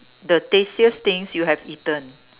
the tastiest things you have eaten